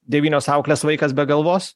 devynios auklės vaikas be galvos